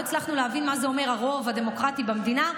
לא הצלחנו להבין מה זה אומר "הרוב הדמוקרטי במדינה",